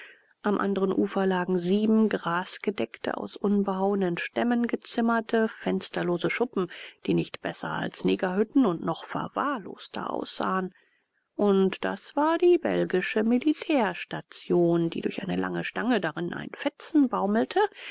am andren ufer lagen sieben grasgedeckte aus unbehauenen stämmen gezimmerte fensterlose schuppen die nicht besser als negerhütten und noch verwahrloster aussahen und das war die belgische militärstation die durch eine lange stange daran ein fetzen baumelte